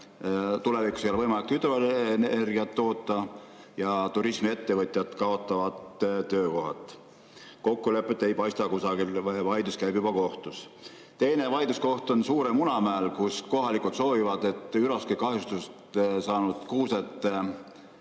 tulevikus ei ole võimalik hüdroenergiat toota ja turismiettevõtjad kaotavad töökohad. Kokkulepet ei paista kusagilt. Vaidlus käib juba kohtus. Teine vaidluskoht on Suurel Munamäel, kus kohalikud soovivad, et üraskikahjustusi saanud kuused saetakse